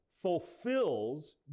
fulfills